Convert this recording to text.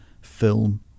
film